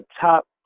top